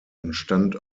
entstand